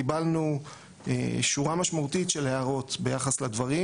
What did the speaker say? קיבלנו שורה משמעותית של הערות ביחס לדברים,